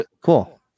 Cool